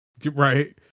Right